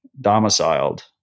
domiciled